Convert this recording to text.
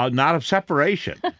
but not of separation,